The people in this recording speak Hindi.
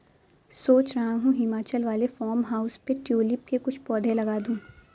सोच रहा हूं हिमाचल वाले फार्म हाउस पे ट्यूलिप के कुछ पौधे लगा दूं